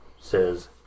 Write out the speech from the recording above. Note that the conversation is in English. Says